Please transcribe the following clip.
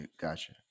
gotcha